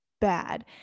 bad